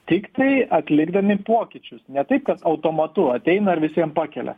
tiktai atlikdami pokyčius ne taip kad automatu ateina ir visiem pakelia